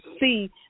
see